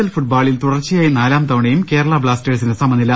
L ഫുട്ബോളിൽ തുടർച്ചയായി നാലാം തവണയും കേരള ബ്ലാ സ്റ്റേഴ്സിന് സമനില